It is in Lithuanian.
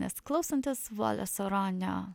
nes klausantis voleso ronio